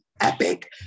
epic